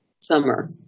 summer